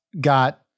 got